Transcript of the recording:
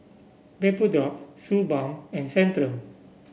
Vapodrops Suu Balm and Centrum